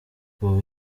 kuba